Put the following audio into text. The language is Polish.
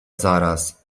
zaraz